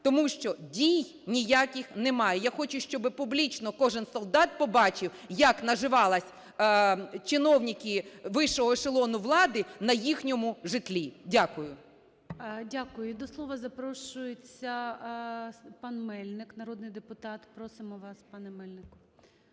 Тому що дій ніяких немає. Я хочу, щоб публічно кожен солдат побачив, як наживались чиновники вищого ешелону влади на їхньому житлі! Дякую. ГОЛОВУЮЧИЙ. Дякую. До слова запрошується пан Мельник, народний депутат. Просимо вас, пане Мельник